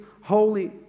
holy